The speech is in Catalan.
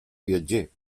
viatger